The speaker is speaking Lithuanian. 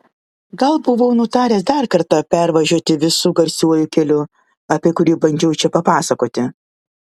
gal buvau nutaręs dar kartą pervažiuoti visu garsiuoju keliu apie kurį bandžiau čia papasakoti